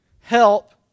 help